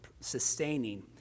sustaining